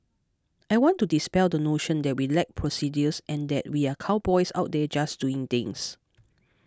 I want to dispel the notion that we lack procedures and that we are cowboys out there just doing things